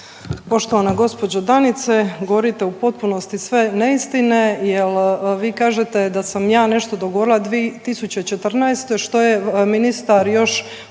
Poštovana gospođo Danice govorite u potpunosti sve neistine, jer vi kažete da sam ja nešto dogovorila 2014. što je ministar još